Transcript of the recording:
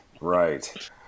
right